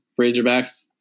Razorbacks